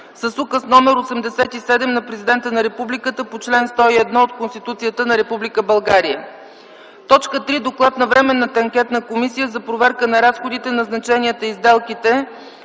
с Указ № 87 на Президента на Републиката по чл. 101 от Конституцията на Република България. 3. Доклад на Временната анкетна комисия за проверка на разходите, назначенията и сделките,